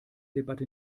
debatte